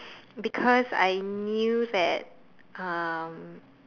because I knew that um